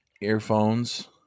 earphones